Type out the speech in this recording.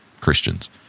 Christians